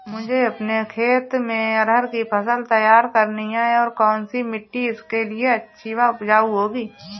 मुझे अपने खेत में अरहर की फसल तैयार करनी है और कौन सी मिट्टी इसके लिए अच्छी व उपजाऊ होगी?